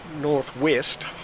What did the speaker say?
northwest